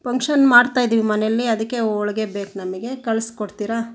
function ಮಾಡ್ತಾ ಇದೀವಿ ಮನೆಯಲ್ಲಿ ಅದಕ್ಕೆ ಹೋಳ್ಗೆ ಬೇಕು ನಮಗೆ ಕಳಿಸ್ಕೊಡ್ತೀರಾ